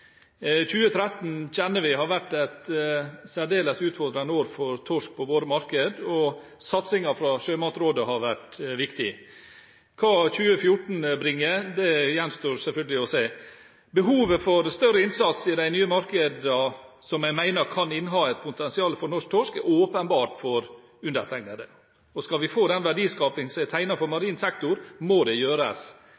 har vært et særdeles utfordrende år for torsk på våre markeder, og satsingen fra Sjømatrådet har vært viktig. Hva 2014 bringer, gjenstår selvfølgelig å se. Behovet for større innsats i de nye markedene – som jeg mener kan ha inneha et potensial for norsk torsk – er åpenbart for undertegnende, og skal vi få den verdiskaping som er tegnet for